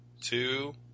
two